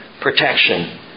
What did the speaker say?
protection